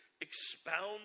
expound